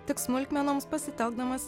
tik smulkmenoms pasitelkdamas